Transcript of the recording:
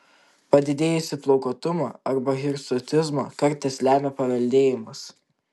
padidėjusį plaukuotumą arba hirsutizmą kartais lemia paveldėjimas